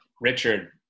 Richard